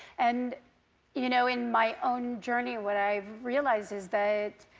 and you know in my own journey what i've realized is that